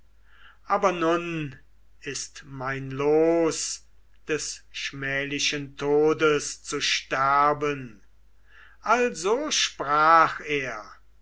aber nun ist mein los des schmählichen todes zu sterben also sprach er